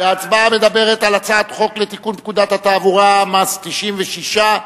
ההצבעה מדברת על הצעת חוק לתיקון פקודת התעבורה (מס' 96),